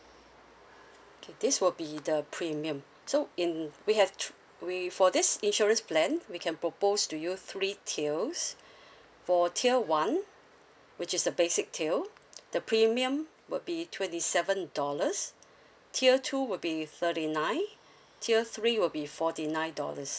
okay this will be the premium so in we have three we for this insurance plan we can propose to you three tiers for tier one which is the basic tier the premium would be twenty seven dollars tier two would be thirty nine tier three will be forty nine dollars